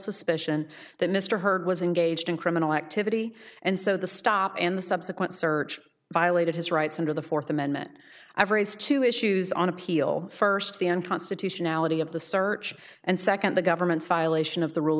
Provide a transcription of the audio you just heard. suspicion that mr hurd was engaged in criminal activity and so the stop and the subsequent search violated his rights under the fourth amendment i've raised two issues on appeal first the unconstitutionality of the search and second the government's violation of the rule